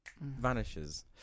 vanishes